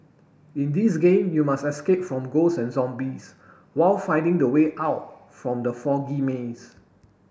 in this game you must escape from ghosts and zombies while finding the way out from the foggy maze